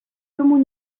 tomu